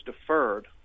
deferred